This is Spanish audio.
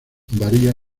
varía